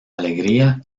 alegría